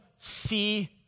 See